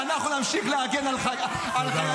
אנחנו נמשיך להגן על חיילינו.